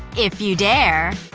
if you dare.